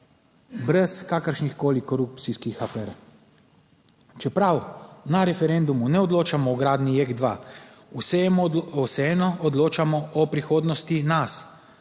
brez kakršnih koli korupcijskih afer. Čeprav na referendumu ne odločamo o gradnji JEK2, vseeno odločamo o prihodnosti nas,